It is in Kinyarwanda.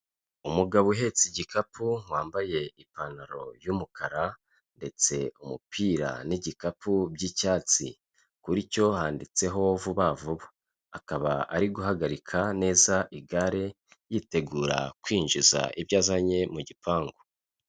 Umugabo uhetse igikapu wambaye ipantaro y'umukara ndetse umupira n'igikapu by'icyatsi, kuri cyo handitseho vuba vuba, akaba ari guhagarika neza igare yitegura kwinjiza ibyo azanye mu gipangu.